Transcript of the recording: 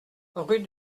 rue